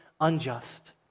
unjust